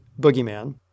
Boogeyman